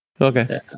Okay